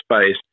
space